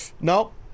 Nope